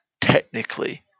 technically